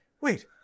wait